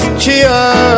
cheer